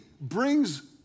brings